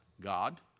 God